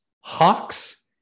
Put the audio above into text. Hawks